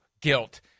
guilt